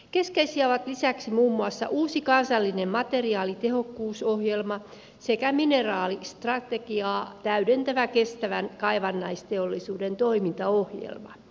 keskeisiä ovat lisäksi muun muassa uusi kansallinen materiaalitehokkuusohjelma sekä mineraalistrategiaa täydentävä kestävän kaivannaisteollisuuden toimintaohjelma